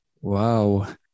Wow